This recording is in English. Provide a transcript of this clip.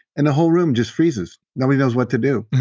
and the whole room just freezes, nobody knows what to do.